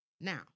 Now